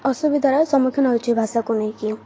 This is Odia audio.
ଅସୁବିଧାର ସମ୍ମୁଖୀନ ହେଉଛି ଭାଷାକୁ ନେଇକି